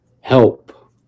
help